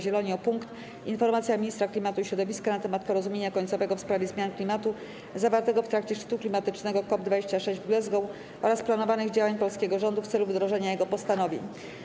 Zieloni o punkt: - Informacja Ministra Klimatu i Środowiska na temat porozumienia końcowego w sprawie zmian klimatu zawartego w trakcie szczytu klimatycznego COP26 w Glasgow oraz planowanych działań polskiego rządu w celu wdrożenia jego postanowień.